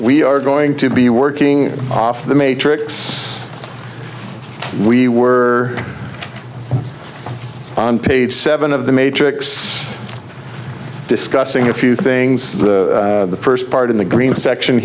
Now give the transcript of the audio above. we are going to be working off the matrix we were on page seven of the matrix discussing a few things the first part in the green section